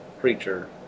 creature